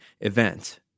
event